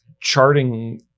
charting